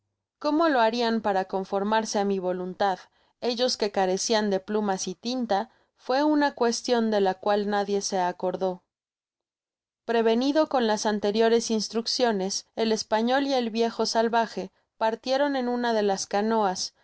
cómo lo harian para conformarse á mi voluntad ellos que carecian de plumas y tinta fué una cuestion de la cual nadie se acordó prevenido con las anteriores instrucciones el español y el viejo salvaje partieron en una de las eanoas